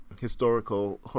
Historical